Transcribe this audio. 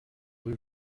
rues